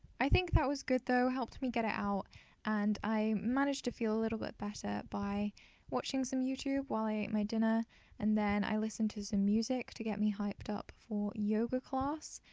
i think that was good though helped me get it out and i managed to feel a little bit better by watching some youtube while i ate my dinner and then i listened to some music to get me hyped up for yoga class.